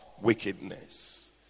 wickedness